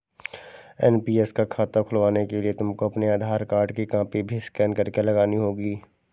NPS का खाता खुलवाने के लिए तुमको अपने आधार कार्ड की कॉपी भी स्कैन करके लगानी होगी